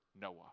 Noah